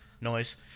noise